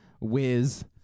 whiz